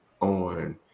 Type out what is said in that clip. on